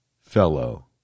fellow